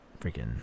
freaking